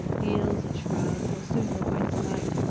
the ills it shrouds or soon will bring to light,